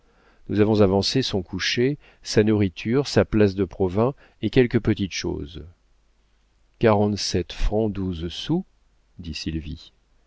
nous avons avancé son coucher sa nourriture sa place de provins et quelques petites choses quarante-sept francs douze sous